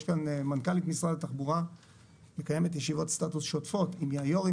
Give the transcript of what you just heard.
יש כאן מנכ"לית משרד התחבורה שמקיימת ישיבות סטטוס שוטפות עם היו"רים